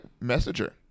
Messenger